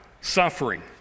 suffering